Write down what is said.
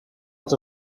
els